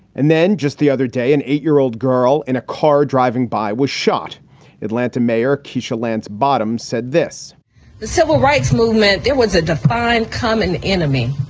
and then just the other day, an eight year old girl in a car driving by was shot atlanta mayor keisha lance bottoms said this civil rights movement there was a defined common enemy.